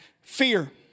Fear